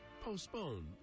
postpone